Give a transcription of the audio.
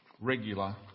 regular